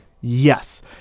Yes